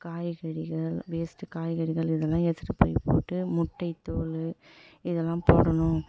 காய்கறிகள் வேஸ்ட்டு காய்கறிகள் இதெல்லாம் எடுத்துட்டு போய் போட்டு முட்டை தோல் இதெல்லாம் போடணும்